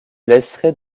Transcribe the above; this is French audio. laisserez